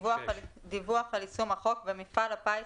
דיווח על יישום החוק במפעל הפיס,